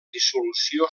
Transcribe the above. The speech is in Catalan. dissolució